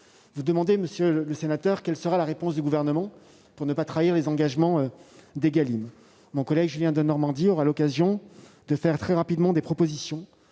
Vous demandez, monsieur le sénateur, quelle sera la réponse du Gouvernement pour ne pas trahir les engagements de la loi Égalim. Mon collègue Julien Denormandie aura l'occasion de formuler très rapidement des propositions,